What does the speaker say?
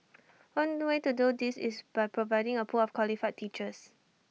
one way to do this is by providing A pool of qualified teachers